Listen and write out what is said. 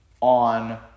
on